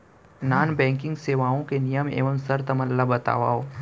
non banking सेवाओं के नियम एवं शर्त मन ला बतावव